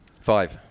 Five